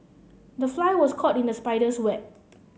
the fly was caught in the spider's web